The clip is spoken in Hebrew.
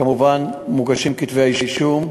כמובן, מוגשים כתבי אישום.